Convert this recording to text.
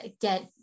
get